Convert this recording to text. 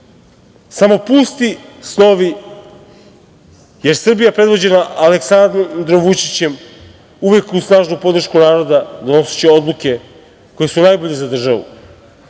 samo pusti snovi, jer Srbija predvođena Aleksandrom Vučićem, uvek uz snažnu podršku naroda, donosiće odluke koje su najbolje za državu